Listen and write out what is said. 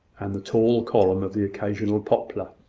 and the tall column of the occasional poplar,